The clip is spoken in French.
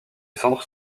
centre